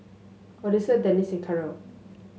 Odessa Denice Carole